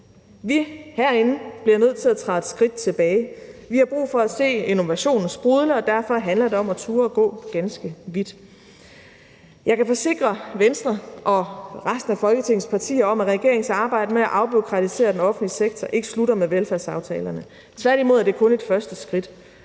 Vi herinde bliver nødt til at træde et skridt tilbage. Vi har brug for at se innovationen sprudle, og derfor handler det om at turde gå ganske vidt. Jeg kan forsikre Venstre og resten af Folketingets partier om, at regeringens arbejde med at afbureaukratisere den offentlige sektor ikke slutter med velfærdsaftalerne. Tværtimod er det kun et første skridt.